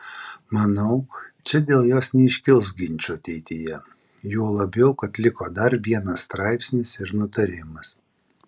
manau čia dėl jos neiškils ginčų ateityje juo labiau kad liko dar vienas straipsnis ir nutarimas